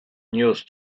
news